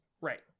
Right